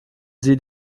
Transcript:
sie